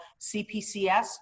CPCS